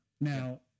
now